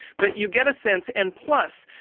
but you get a sense and plus,